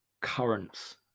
currents